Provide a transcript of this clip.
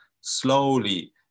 slowly